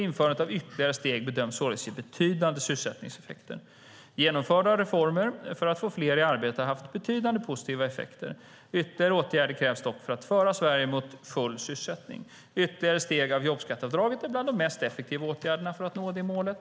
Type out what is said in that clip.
Införandet av ytterligare steg bedöms således ge betydande sysselsättningseffekter. Genomförda reformer för att få fler i arbete har haft betydande positiva effekter. Ytterligare åtgärder krävs dock för att föra Sverige mot full sysselsättning. Ytterligare steg av jobbskatteavdraget är bland de mest effektiva åtgärderna för att nå det målet.